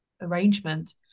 arrangement